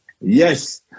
yes